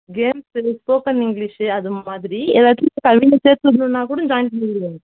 games spoken English அது மாதிரி எல்லாத்திலும் உங்கள் பையனை சேத்துவிட்ணுன்னா கூட ஜாயின் பண்ணிவிடுங்கள்